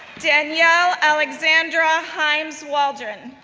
danielle alexandra heimswaldron,